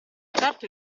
certo